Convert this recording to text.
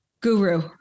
guru